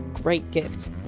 great gifts,